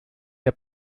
der